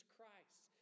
Christ